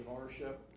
ownership